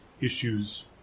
issues